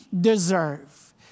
deserve